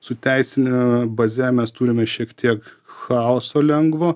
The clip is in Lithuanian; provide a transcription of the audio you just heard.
su teisine baze mes turime šiek tiek chaoso lengvo